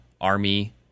Army